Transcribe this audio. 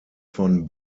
von